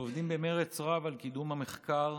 שעובדים במרץ רב על קידום המחקר,